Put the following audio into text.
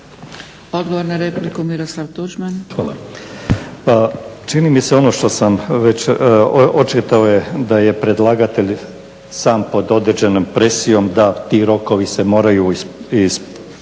Miroslav (HDZ)** Hvala. Pa čini mi se ono što sam već očito je da je predlagatelj sam pod određenom presijom da se ti rokovi moraju ispoštivati